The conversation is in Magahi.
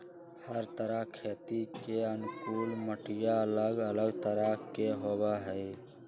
हर तरह खेती के अनुकूल मटिया अलग अलग तरह के होबा हई